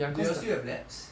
do you all still have labs